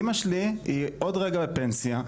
אמא שלי היא עוד רגע בפנסיה,